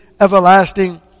everlasting